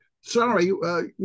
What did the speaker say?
sorry